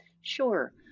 sure